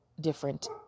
different